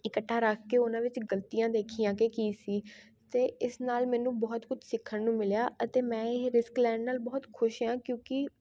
ਇਕੱਠਾ ਰੱਖ ਕੇ ਉਹਨਾਂ ਵਿੱਚ ਗਲਤੀਆਂ ਦੇਖੀਆਂ ਕਿ ਕੀ ਸੀ ਅਤੇ ਇਸ ਨਾਲ ਮੈਨੂੰ ਬਹੁਤ ਕੁਛ ਸਿੱਖਣ ਨੂੰ ਮਿਲਿਆ ਅਤੇ ਮੈਂ ਇਹ ਰਿਸਕ ਲੈਣ ਨਾਲ ਬੁਹਤ ਖੁਸ਼ ਹਾਂ ਕਿਉਂਕਿ